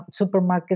supermarkets